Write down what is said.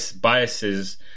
biases